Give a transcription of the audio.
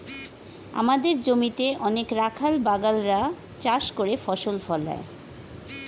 আমাদের জমিতে অনেক রাখাল বাগাল রা চাষ করে ফসল ফলায়